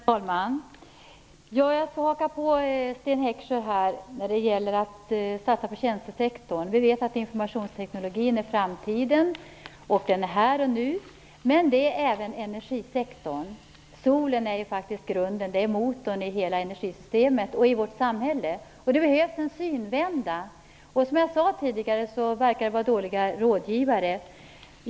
Herr talman! Jag får haka på det Sten Heckscher sade om att satsa på tjänstesektorn. Vi vet att informationsteknologin är framtiden, att den är här och nu, men det gäller även energisektorn. Solen är faktiskt grunden, motorn i hela energisystemet och i vårt samhälle. Det behövs en synvända, och som jag sade tidigare verkar det vara dåliga rådgivare.